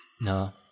No